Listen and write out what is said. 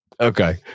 Okay